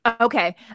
Okay